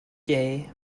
gay